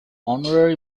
honorary